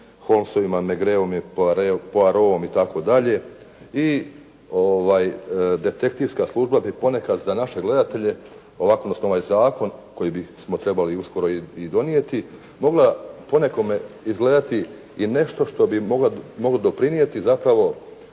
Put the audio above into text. se ne razumije./… Poirotom itd., i detektivska služba gdje ponekad za naše gledatelje, …/Govornik se ne razumije./… zakon koji bismo trebali uskoro i dobiti, mogla ponekome izgledati i nešto što mi moglo doprinijeti zapravo